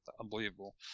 unbelievable